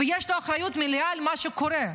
ויש לו אחריות מלאה למה שקורה.